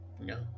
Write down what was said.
No